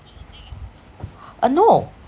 uh no